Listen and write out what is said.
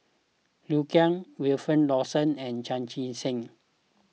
Liu Kang Wilfed Lawson and Chan Chee Seng